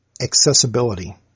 accessibility